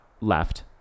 left